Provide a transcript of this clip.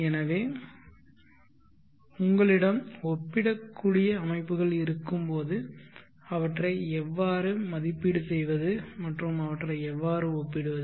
எனவே உங்களிடம் ஒப்பிடக்கூடிய அமைப்புகள் இருக்கும்போது அவற்றை எவ்வாறு மதிப்பீடு செய்வது மற்றும் அவற்றை எவ்வாறு ஒப்பிடுவது